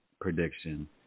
prediction